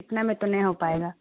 اتنا میں تو نہیں ہو پائے گا